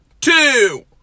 two